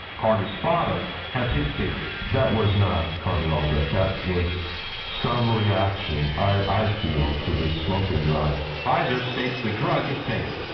carter's father has his theory. that was not carter albrecht, that was some reaction, i feel, to this smoking drug. drug. pfizer states the drug is safe.